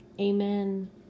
Amen